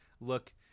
look